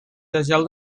gel